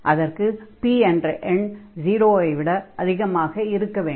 அதற்கு p என்ற எண் 0 வை விட அதிகமாக இருக்க வேண்டும்